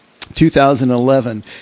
2011